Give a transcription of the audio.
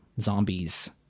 zombies